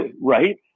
Right